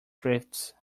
drifts